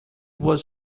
was